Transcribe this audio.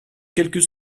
quelques